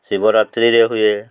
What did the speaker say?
ଶିବରାତ୍ରିରେ ହୁଏ